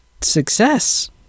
success